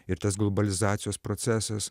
ir tas globalizacijos procesas